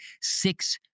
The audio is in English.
six